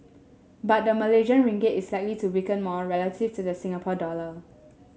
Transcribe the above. but the Malaysian Ringgit is likely to weaken more relative to the Singapore dollar